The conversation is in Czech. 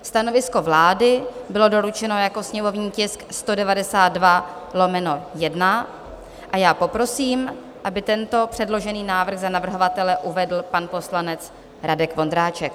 Stanovisko vlády bylo doručeno jako sněmovní tisk 192/1 a já poprosím, aby tento předložený návrh za navrhovatele uvedl pan poslanec Radek Vondráček.